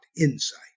insight